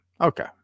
okay